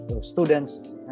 students